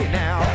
now